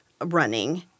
Running